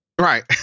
right